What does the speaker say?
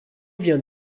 vient